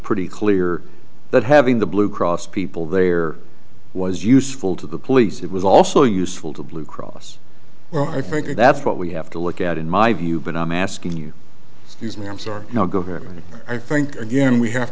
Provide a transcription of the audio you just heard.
pretty clear that having the blue cross people there was useful to the police it was also useful to blue cross well i think that's what we have to look at in my view but i'm asking you to use me i'm sorry no government i think again we have